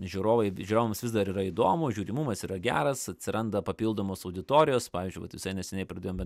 žiūrovai žiūrovams vis dar yra įdomu žiūrimumas yra geras atsiranda papildomos auditorijos pavyzdžiui vat visai neseniai pradėjome